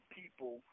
people